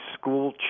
school